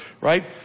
right